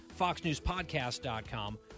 FoxNewsPodcast.com